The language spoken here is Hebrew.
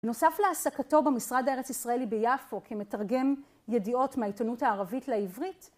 נוסף להעסקתו במשרד הארץ ישראלי ביפו כמתרגם ידיעות מהעיתונות הערבית לעברית.